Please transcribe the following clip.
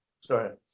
Sorry